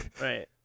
Right